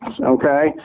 Okay